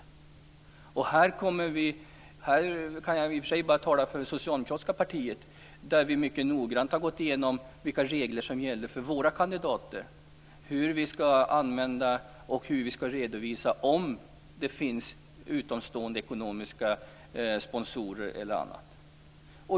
Jag kan i och för sig bara tala för det socialdemokratiska partiet. Vi har mycket noggrant gått igenom vilka regler som gäller för våra kandidater och hur vi skall redovisa om det finns utomstående ekonomiska sponsorer m.m.